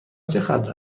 چقدر